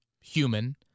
human